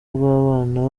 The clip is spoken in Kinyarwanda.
bw’abana